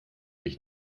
mich